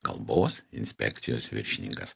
kalbos inspekcijos viršininkas